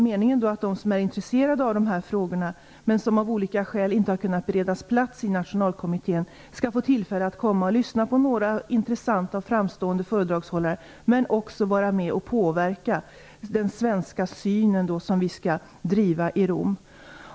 Meningen är att de som är intresserade av dessa frågor men som av olika skäl inte har kunnat beredas plats i Nationalkommittén skall få tillfälle att komma och lyssna på några intressanta och framstående föredragshållare men också vara med och påverka den svenska syn som vi skall driva i Rom.